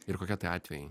ir kokie tie atvejai